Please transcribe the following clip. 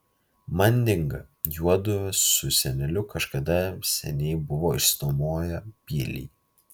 manding juodu su seneliu kažkada seniai buvo išsinuomoję pilį